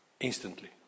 instantly